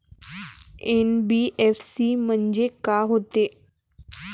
NBFC म्हणजे का होते?